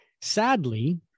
Sadly